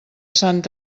sant